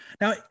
Now